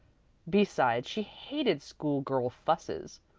besides, she hated schoolgirl fusses.